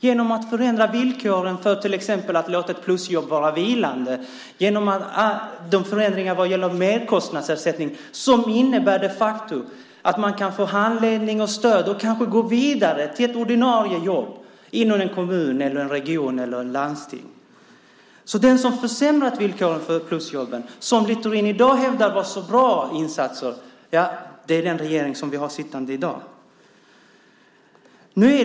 Genom att förändra villkoren för att exempelvis låta ett plusjobb vara vilande, eller genom att göra förändringar i merkostnadsersättningen som innebär att man inte kan få handledning och stöd för att kanske kunna gå vidare till ett ordinarie jobb inom en kommun, en region eller ett landsting har man försämrat villkoren för plusjobben. Den som försämrat villkoren för plusjobben, som Littorin i dag hävdar var en så bra insats, är alltså den sittande regeringen.